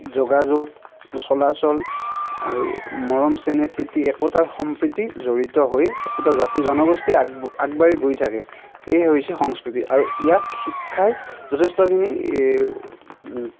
যোগাযোগ চলাচল আৰু মৰম চেনেহ প্ৰীতি একোটাৰ সম্প্ৰীতি জড়িত হৈ একোটা জাতি জনগোষ্ঠী আগ আগবাঢ়ি গৈ থাকে এয়ে হৈছে সংস্কৃতি আৰু ইয়াক শিক্ষাই যথেষ্টখিনি